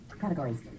Categories